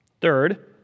Third